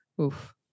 oof